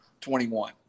21